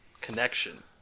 connection